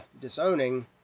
disowning